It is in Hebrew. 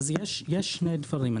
יש שני דברים.